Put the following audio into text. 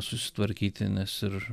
susitvarkyti nes ir